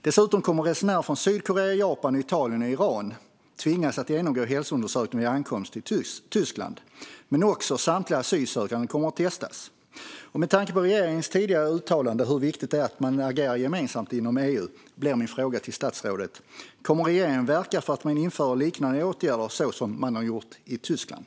Dessutom kommer resenärer från Sydkorea, Japan, Italien och Iran att tvingas genomgå hälsoundersökning vid ankomst till Tyskland. Även samtliga asylsökande kommer att testas. Med tanke på regeringens tidigare uttalande om hur viktigt det är att man inom EU agerar gemensamt blir min fråga till statsrådet: Kommer regeringen att verka för att vidta liknande åtgärder som man vidtagit i Tyskland?